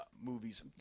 movies